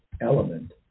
element